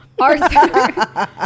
Arthur